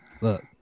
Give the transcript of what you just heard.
look